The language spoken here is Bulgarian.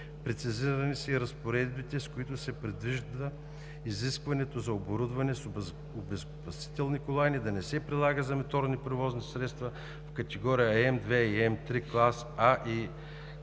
Прецизирани са и разпоредбите, с които се предвижда изискването за оборудване с обезопасителни колани да не се прилага за моторни превозни средства от категории М2 и М3, клас А и